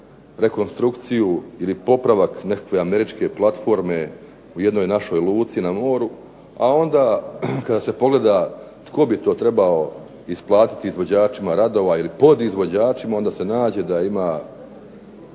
rekonstrukciju ili popravak nekakve američke platforme u jednoj našoj luci na moru. A onda kada se pogleda tko bi to trebao isplatiti izvođačima radova ili podizvođačima onda se nađe da ima